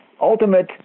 ultimate